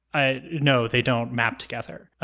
ah no, they don't map together.